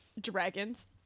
dragons